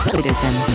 Citizen